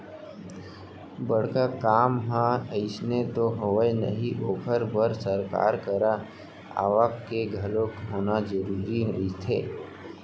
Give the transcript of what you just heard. बड़का काम ह अइसने तो होवय नही ओखर बर सरकार करा आवक के घलोक होना जरुरी रहिथे